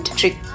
trick